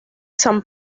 san